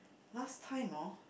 last time hor